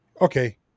okay